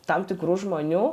tam tikrų žmonių